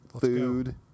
food